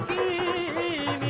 a